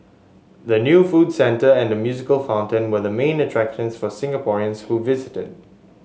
the new food centre and the musical fountain were the main attractions for Singaporeans who visited